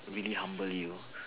really humble you